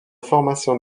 formation